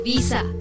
Visa